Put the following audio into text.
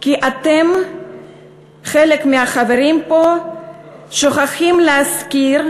כי אותם חלק מהחברים פה שוכחים להזכיר,